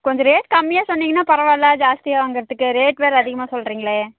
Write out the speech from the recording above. கொஞ்சம் ரேட் கம்மியாக சொன்னிங்கன்னா பரவால்லை ஜாஸ்தியாக வாங்கறதுக்கு ரேட் வேறு அதிகமாக சொல்லுறிங்களே